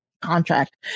contract